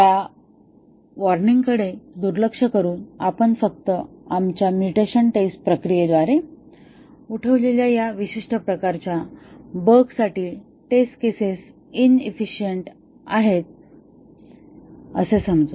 या इशाराकडे दुर्लक्ष करू आपण फक्त आमच्या म्युटेशन टेस्ट प्रक्रियेद्वारे उठवलेल्या या विशिष्ट प्रकारच्या बगसाठी टेस्ट केसेस इन्साफीसियनट आहेत असे समजू